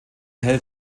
hält